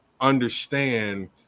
understand